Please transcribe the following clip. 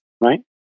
right